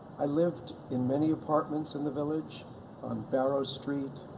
i lived in many apartments in the village on barrow street,